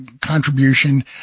contribution